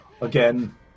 Again